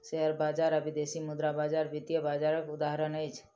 share बजार आ विदेशी मुद्रा बजार वित्तीय बजारक उदाहरण अछि